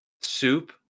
soup